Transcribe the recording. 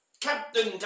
Captain